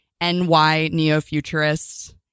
NYNeoFuturists